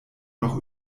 noch